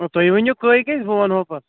تُہۍ ؤنِو کٔہۍ گژھِ بہٕ وَنہٕ ہوٗ پَتہٕ